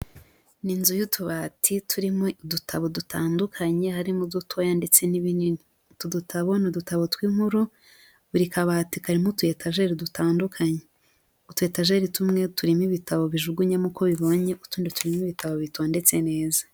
Ni inzu y'utubati turimo udutabo dutandukanye harimo udutoya ndetse n'ibinini. Utu dutabo ni udutabo tw'inkuru, buri kabati karimo utu etajeri dutandukanye. Utu etajeri tumwe turimo ibitabo bijugunyemo uko bibonye, utundi turimo ibitabo bitondetse neza.